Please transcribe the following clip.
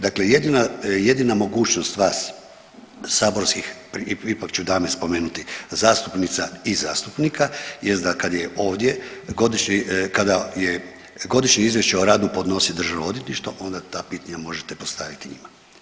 Dakle jedina, jedina mogućnost vas saborskih ipak ću dame spomenuti zastupnica i zastupnika jest da kad je ovdje godišnje, kada je godišnje izvješće o radu podnosi Državno odvjetništvo onda ta pitanja možete postaviti njima.